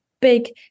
big